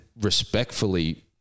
respectfully